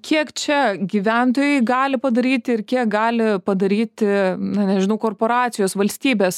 kiek čia gyventojai gali padaryti ir kiek gali padaryti na nežinau korporacijos valstybės